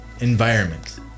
environment